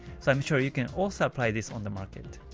so i'm sure you can also apply this on the market.